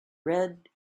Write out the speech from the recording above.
red